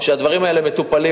והדברים האלה מטופלים,